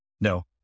No